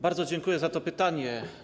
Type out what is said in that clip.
Bardzo dziękuję za to pytanie.